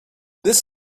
this